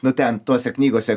nu ten tose knygose